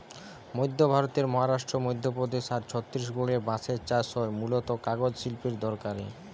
মধ্য ভারতের মহারাষ্ট্র, মধ্যপ্রদেশ আর ছত্তিশগড়ে বাঁশের চাষ হয় মূলতঃ কাগজ শিল্পের দরকারে